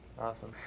Awesome